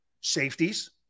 Safeties